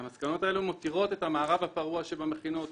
המסקנות האלה מותירות את המערב הפרוע שבמכינות,